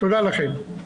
תודה לכם.